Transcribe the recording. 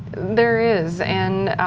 there is and,